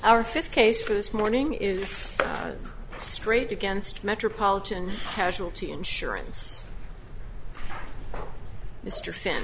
our fifth case for this morning is straight against metropolitan casualty insurance mr sen